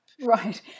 Right